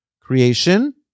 Creation